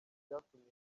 byatumye